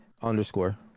underscore